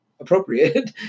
appropriate